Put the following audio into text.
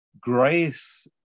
grace